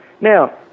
Now